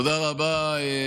תודה רבה.